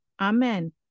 amen